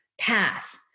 path